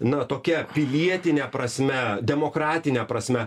na tokia pilietine prasme demokratine prasme